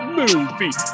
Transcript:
movie